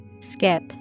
Skip